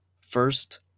first